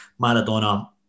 Maradona